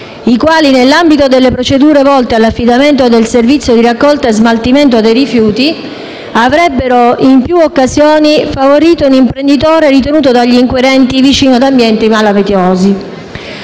i quali, nell'ambito delle procedure volte all'affidamento del servizio di raccolta e smaltimento dei rifiuti, avrebbero in più occasioni favorito un imprenditore ritenuto dagli inquirenti vicino ad ambienti malavitosi.